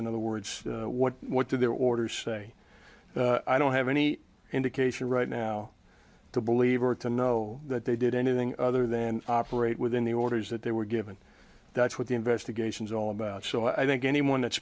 in other words what what do their orders say i don't have any indication right now to believe or to know that they did anything other than operate within the orders that they were given that's what the investigation is all about so i think anyone that